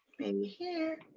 and here.